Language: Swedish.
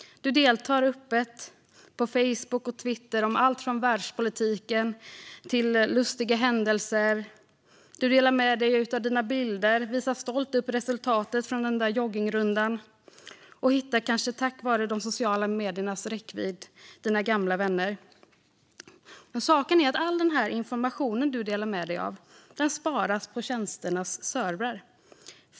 Du deltar öppet på Facebook och Twitter om allt från världspolitik till lustiga händelser. Du delar med dig av dina bilder, visar stolt upp resultatet från din joggingrunda och hittar tack vare de sociala mediernas räckvidd gamla vänner. Saken är att all denna information du delar med dig av sparas på tjänsternas servrar.